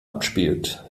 abspielt